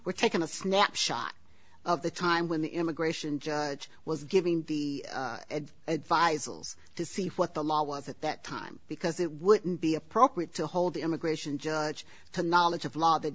we're taking a snapshot of the time when the immigration judge was giving the advice to see what the law was at that time because it wouldn't be appropriate to hold the immigration judge to knowledge of l